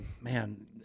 man